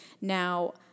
now